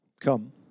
come